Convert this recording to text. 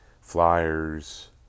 Flyers